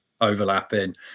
overlapping